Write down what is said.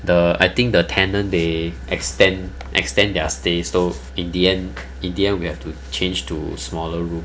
the I think the tenant they extend extend their stay so in the end in the end we have to change to smaller room